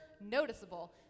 noticeable